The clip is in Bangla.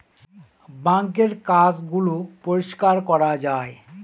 বাঙ্কের কাজ গুলো পরিষ্কার করা যায়